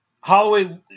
holloway